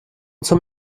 zum